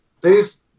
Please